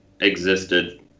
existed